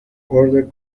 order